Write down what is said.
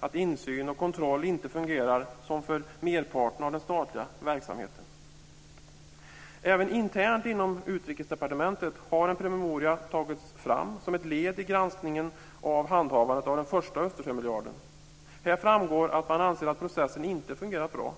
att insyn och kontroll inte fungerar som för merparten av den statliga verksamheten. Även internt inom Utrikesdepartementet har en promemoria tagits fram som ett led i granskningen av handhavandet av den första Östersjömiljarden. Här framgår att man anser att processen inte fungerat bra.